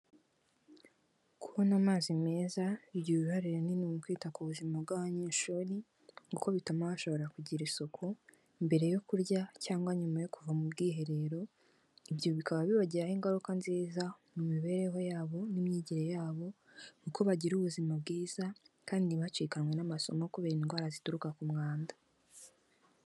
Kubona amazi meza bigira uruhare runini mu kwita ku buzima bw'abanyeshuri , kuko bituma bashobora kugira isuku mbere yo kurya cyangwa nyuma yo kuva mu bwiherero, ibyo bikaba bibagiraho ingaruka nziza mu mibereho yabo n'imyigire yabo , kuko bagira ubuzima bwiza kandi ntibacikanywe n'amasomo kubera indwara zituruka ku mwanda.